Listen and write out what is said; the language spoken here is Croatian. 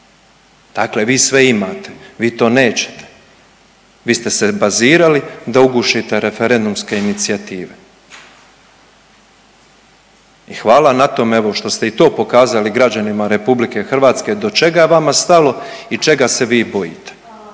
Dakle, vi sve imate, vi to nećete, vi ste se bazirali da ugušite referendumske inicijative. I hvala na tome evo što ste i to pokazali građanima RH do čega je vama stalo i čega se vi bojite.